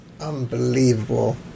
Unbelievable